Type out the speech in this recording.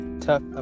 tough